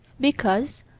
because,